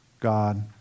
god